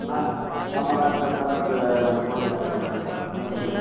ஆ ஆமாம்ங்க நாங்கள் போலீஸ் ஸ்டேஷன்லேருந்து பேசுகிறோம் ம் சொல்லுங்கள்